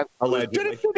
allegedly